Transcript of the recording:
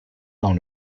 dans